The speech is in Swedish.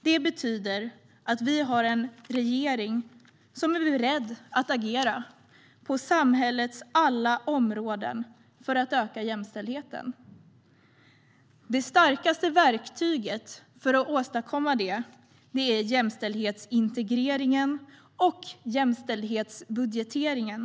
Det betyder också att vi har en regering som är beredd att agera på samhällets alla områden för att öka jämställdheten. Det starkaste verktyget för att åstadkomma detta är jämställdhetsintegreringen och jämställdhetsbudgeteringen.